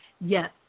Yes